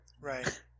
Right